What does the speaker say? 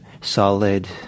solid